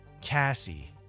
Cassie